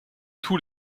tous